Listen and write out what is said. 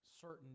certain